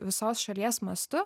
visos šalies mastu